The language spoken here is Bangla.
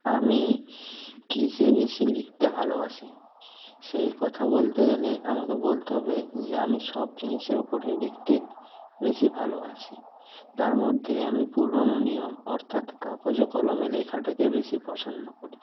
আমি কীসে বেশি লিখতে ভালবাসি সেই কথা বলতে গেলে আমাকে বলতে হবে যে আমি সব জিনিসের ওপরেই লিখতে বেশি ভালোবাসি তার মধ্যে আমি পুরোনো নিয়ম অর্থাৎ কাগজে কলমে লেখাটাকে বেশি পছন্দ করি